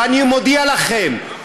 ואני מודיע לכם,